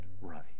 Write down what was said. right